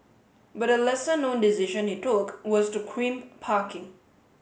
but a lesser known decision he took was to crimp parking